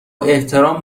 احترام